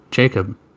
Jacob